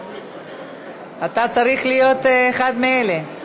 אתה צריך להיות אחד מאלה.